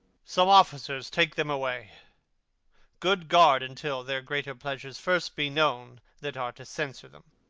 some officers take them away good guard until their greater pleasures first be known that are to censure them.